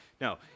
No